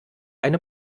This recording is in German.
eine